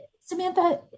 Samantha